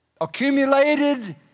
accumulated